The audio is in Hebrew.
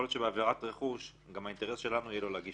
יכול להיות שבעבירת רכוש האינטרס שלנו יהיה לא להגיש